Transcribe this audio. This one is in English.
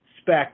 spec